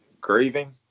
grieving